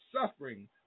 suffering